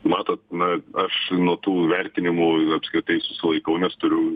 matot na aš nuo tų vertinimų apskritai susilaikau nes turiu